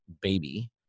baby